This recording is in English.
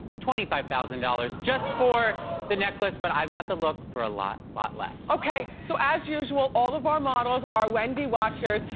twenty five thousand dollars, just for the necklace, but i got the look for a lot, lot less. okay, so as usual, all of our models are wendy watchers,